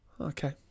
Okay